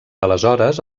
aleshores